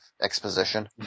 exposition